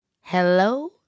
Hello